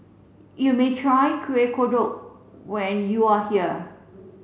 you may try Kuih Kodok when you are here